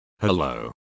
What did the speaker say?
Hello